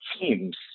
teams